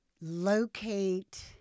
locate